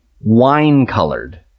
wine-colored